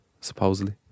supposedly